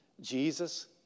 Jesus